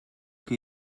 qué